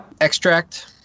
Extract